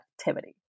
activity